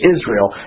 Israel